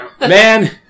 Man